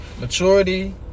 Maturity